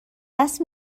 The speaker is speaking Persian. دست